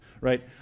right